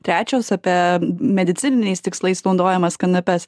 trečios apie medicininiais tikslais naudojamas kanapes